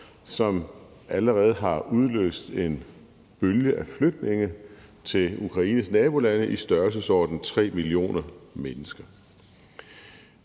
som allerede har udløst en bølge af flygtninge til Ukraines nabolande i størrelsesordenen 3 millioner mennesker.